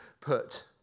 put